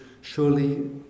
surely